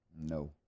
No